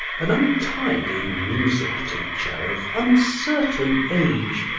an untidy music-teacher of uncertain age,